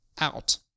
out